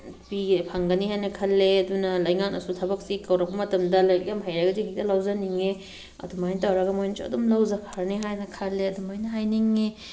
ꯐꯪꯒꯅꯤ ꯍꯥꯏꯅ ꯈꯜꯂꯦ ꯑꯗꯨꯅ ꯂꯩꯉꯥꯛꯅꯁꯨ ꯊꯕꯛꯁꯦ ꯀꯧꯔꯛꯄ ꯃꯇꯝꯗ ꯂꯥꯏꯔꯤꯛ ꯌꯥꯝ ꯍꯩꯔꯒꯗꯤ ꯍꯦꯛꯇ ꯂꯧꯖꯅꯤꯡꯉꯦ ꯑꯗꯨꯃꯥꯏꯅ ꯇꯧꯔꯒ ꯃꯣꯏꯅꯁꯨ ꯑꯗꯨꯝ ꯂꯧꯖꯈ꯭ꯔꯅꯤ ꯍꯥꯏꯅ ꯈꯜꯂꯦ ꯑꯗꯨꯃꯥꯏꯅ ꯍꯥꯏꯅꯤꯡꯏ